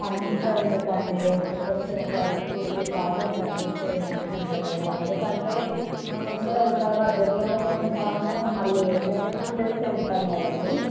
అంత ఎందుకు అండి ఒక కొంచెం ఒక టూ త్రీ థౌసండ్ తగ్గిస్తే మంచిగా ఉంటుంది కదా ఎందుకంటే మేము ఇక్కడ వికారాబాద్ దగ్గరలో ఉంటాము మళ్ళి ఏంటంటే టూ డేస్ ఉంటాం కదండి